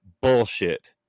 bullshit